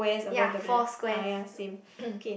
ya four squares